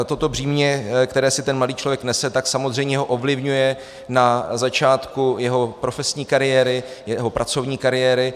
Toto břímě, které si ten mladý člověk nese, ho samozřejmě ovlivňuje na začátku jeho profesní kariéry, jeho pracovní kariéry.